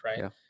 right